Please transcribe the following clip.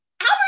Albert